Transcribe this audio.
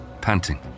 panting